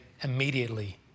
immediately